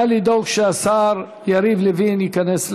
נא לדאוג שהשר יריב לוין ייכנס למליאה.